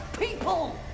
People